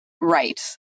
right